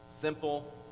Simple